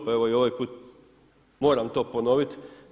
Pa evo, i ovaj put moram to ponoviti.